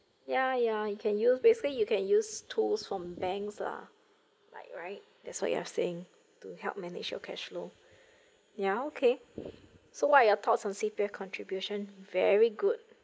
ya ya you can use basically you can use tools from banks lah like right that's what you are saying to help manage your cash flow ya okay so what are your thoughts on C_P_F contribution very good